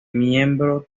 miembros